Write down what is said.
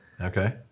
Okay